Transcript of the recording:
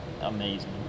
amazing